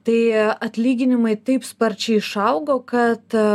tai atlyginimai taip sparčiai išaugo kad